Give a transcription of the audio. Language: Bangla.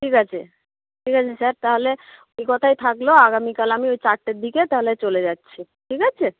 ঠিক আছে ঠিক আছে স্যার তাহলে ওই কথাই থাকলো আগামীকাল আমি ওই চারটের দিকে তাহলে চলে যাচ্ছি ঠিক আছে